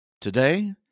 Today